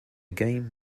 game